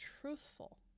truthful